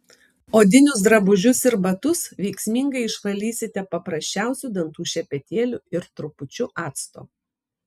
odinius drabužius ir batus veiksmingai išvalysite paprasčiausiu dantų šepetėliu ir trupučiu acto